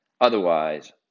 otherwise